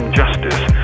justice